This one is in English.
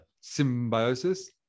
symbiosis